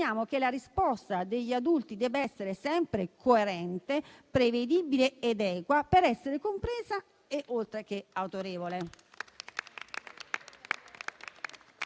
che la risposta degli adulti debba essere sempre coerente, prevedibile ed equa per essere compresa, oltre che autorevole.